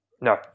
No